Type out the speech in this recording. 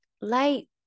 light